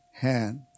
hand